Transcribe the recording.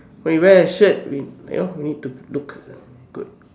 when you wear a shirt we you know we need to look good